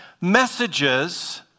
Messages